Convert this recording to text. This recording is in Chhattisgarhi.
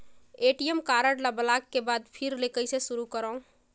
ए.टी.एम कारड ल ब्लाक के बाद फिर ले कइसे शुरू करव?